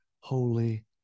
holy